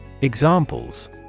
Examples